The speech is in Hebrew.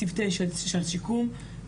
צוותי שיקום,